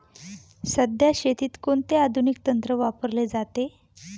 सध्या शेतीत कोणते आधुनिक तंत्र वापरले जाते?